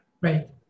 Right